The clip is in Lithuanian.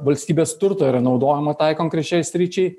valstybės turto yra naudojama tai konkrečiai sričiai